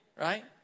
right